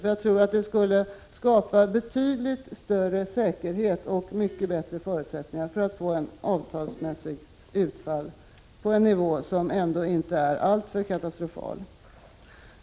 Ett tillbakadragande skulle skapa betydligt större säkerhet och mycket bättre förutsättningar för ett avtalsutfall på en icke alltför katastrofal nivå.